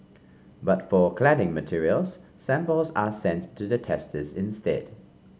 but for cladding materials samples are sent to the testers instead